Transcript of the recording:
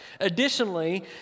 Additionally